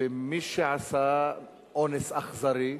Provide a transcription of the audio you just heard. ומי שעשה אונס אכזרי?